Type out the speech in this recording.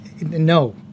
no